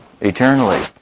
eternally